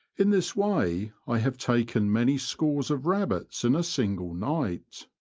in this way i have taken many scores of rabbits in a single night.